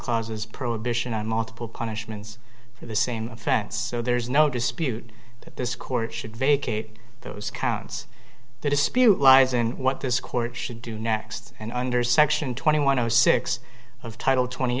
clause as prohibition on multiple punishments for the same offense so there is no dispute that this court should vacate those counts the dispute lies in what this court should do next and under section twenty one zero six of title twenty